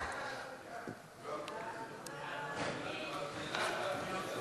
ההצעה להעביר את הצעת